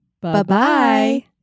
Bye-bye